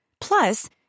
Plus